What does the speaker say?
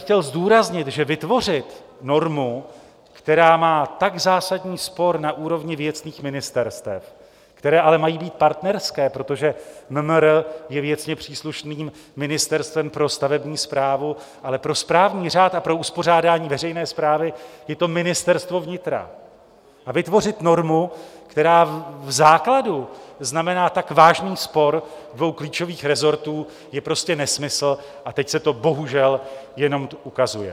Chtěl bych zdůraznit, že vytvořit normu, která má tak zásadní spor na úrovni věcných ministerstev která ale mají být partnerská, protože MMR je věcně příslušným ministerstvem pro stavební správu, ale pro správní řád a pro uspořádání veřejné správy je to Ministerstvo vnitra vytvořit normu, která v základu znamená tak vážný spor dvou klíčových resortů je prostě nesmysl, a teď se to bohužel jenom ukazuje.